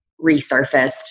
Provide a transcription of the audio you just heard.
resurfaced